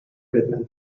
goodman